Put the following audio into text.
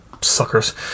suckers